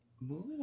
Moving